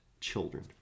children